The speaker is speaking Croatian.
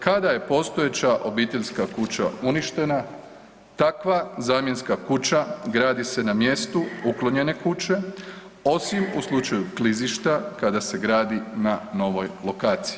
Kada je postojeća obiteljska kuća uništena, takva zamjenska kuća gradi se na mjeru uklonjene kuće, osim u slučaju klizišta, kada se gradi na novoj lokaciji.